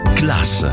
class